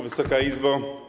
Wysoka Izbo!